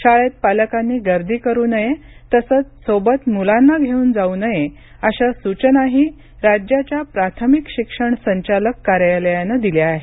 शाळेत पालकांनी गर्दी करू नये तसेच सोबत मुलांना घेऊन जाऊ नये अशा सूचनाही राज्याच्या प्राथमिक शिक्षण संचालक कार्यालयाने दिल्या आहेत